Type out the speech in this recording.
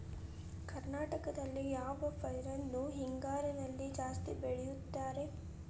ಕರ್ನಾಟಕದಲ್ಲಿ ಯಾವ ಪೈರನ್ನು ಹಿಂಗಾರಿನಲ್ಲಿ ಜಾಸ್ತಿ ಬೆಳೆಯುತ್ತಾರೆ?